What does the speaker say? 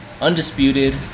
undisputed